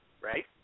right